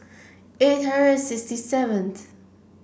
eight hundred and sixty seventh